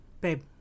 babe